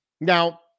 Now